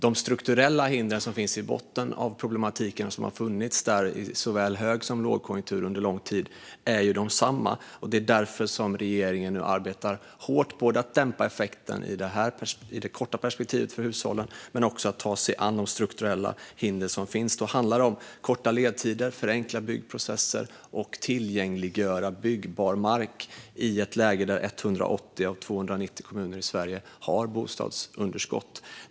De strukturella hinder som finns i botten av problematiken och som har funnits där i såväl hög som lågkonjunktur under lång tid är ju desamma, och det är därför regeringen arbetar hårt med att dämpa effekten i det korta perspektivet, för hushållen, men också tar sig an de strukturella hinder som finns. Det handlar om att korta ledtider, förenkla byggprocesser och tillgängliggöra byggbar mark i ett läge där 180 av 290 kommuner i Sverige har bostadsunderskott.